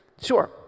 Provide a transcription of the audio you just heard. sure